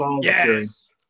Yes